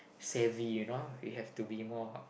savvy you know you have to be more